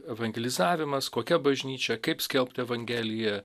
evangelizavimas kokia bažnyčia kaip skelbt evangeliją